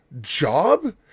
job